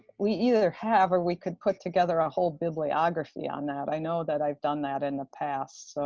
we either have or we could put together a whole bibliography on that. i know that i've done that in the past. so